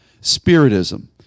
spiritism